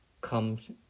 comes